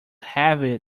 heavy